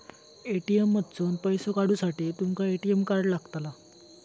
ATM मधसून पैसो काढूसाठी तुमका ए.टी.एम कार्ड लागतला